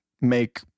make